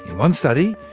one study,